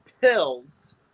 pills